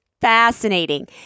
fascinating